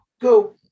go